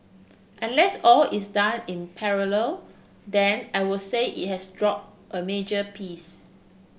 unless all is done in parallel then I will say it has drop a major piece